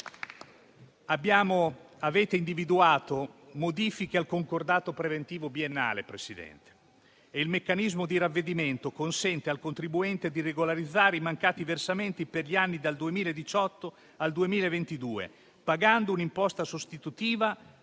avete individuato modifiche al concordato preventivo biennale, Presidente, e il meccanismo di ravvedimento consente al contribuente di regolarizzare i mancati versamenti per gli anni dal 2018 al 2022, pagando un'imposta sostitutiva